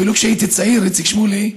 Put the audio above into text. אפילו, כשהייתי צעיר, איציק שמולי,